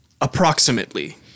Approximately